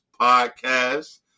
podcast